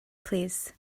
plîs